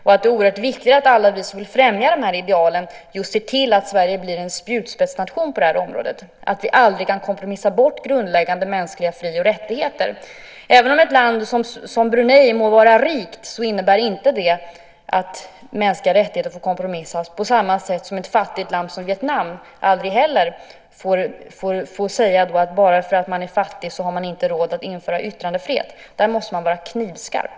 Det är oerhört viktigt att alla vi som vill främja de idealen ser till att Sverige blir en spjutspetsnation på området. Vi kan aldrig kompromissa när det gäller grundläggande mänskliga fri och rättigheter. Även om ett land som Brunei må vara rikt så innebär inte det att man får kompromissa med mänskliga rättigheter. På samma sätt får ett fattigt land som Vietnam aldrig heller säga att bara för att man är fattig så har man inte råd att införa yttrandefrihet. Där måste man vara knivskarp.